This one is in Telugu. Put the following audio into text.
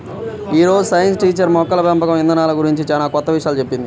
యీ రోజు సైన్స్ టీచర్ మొక్కల పెంపకం ఇదానాల గురించి చానా కొత్త విషయాలు చెప్పింది